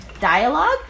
dialogue